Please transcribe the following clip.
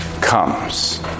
comes